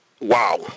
wow